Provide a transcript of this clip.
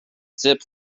zip